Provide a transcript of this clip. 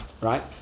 Right